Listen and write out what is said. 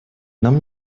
нам